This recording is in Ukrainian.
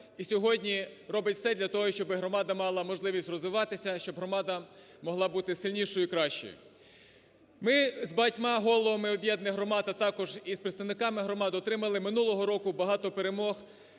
і сьогодні робить все для того, щоб громада мала можливість розвиватися, щоб громада могла бути сильнішою і кращою. Ми з багатьма головами об'єднаних громад, а також і з представниками громад отримали минулого року багато перемог